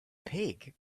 pig